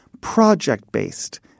project-based